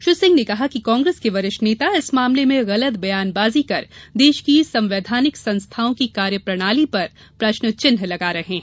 श्री सिंह ने कहा कि कांग्रेस के वरिष्ठ नेता इस मामले में गलत बयान बाजी कर देश की संवेधानिक संस्थाओं की कार्यप्रणाली पर प्रश्न चिन्ह लगा रहे हैं